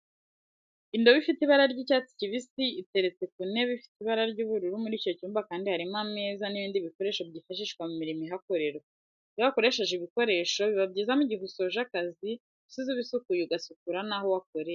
Indobo ifite ibara ry'icyats kibisi iteretse ku ntebe ifite ibara ry'ubururu muri icyo cyumba kandi harimo ameza n'ibindi bikoresho byifashishwa mu mirimo ihakorerwa, iyo wakoresheje ibikoresho biba byiza mu gihe usoje akazi usize ubisukuye ugasukura naho wakoreye.